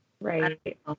right